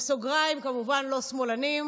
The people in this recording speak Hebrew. בסוגריים: כמובן, לא שמאלנים ,